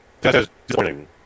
Disappointing